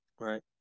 Right